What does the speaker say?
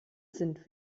sind